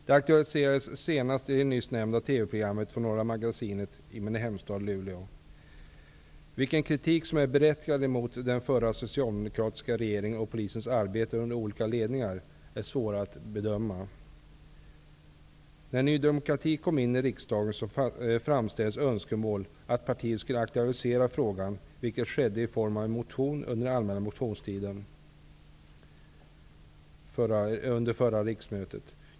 Det aktualiserades senast i det nyss nämnda TV Vilken kritik som är berättigad mot den förra socialdemokratiska regeringen och mot polisens arbete under olika ledningar är svåra att bedöma. När Ny demokrati kom in i riksdagen framställdes önskemål om att partiet skulle aktualisera frågan, vilket skedde i form av en motion under allmänna motionstiden vid förra riksmötet.